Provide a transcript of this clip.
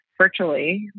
virtually